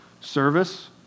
service